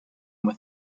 with